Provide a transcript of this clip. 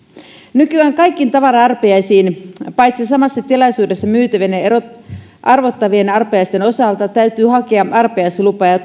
nykyään kaikkiin tavara arpajaisiin paitsi samassa tilaisuudessa myytävien ja arvottavien arpajaisten osalta täytyy hakea arpajaislupa ja ja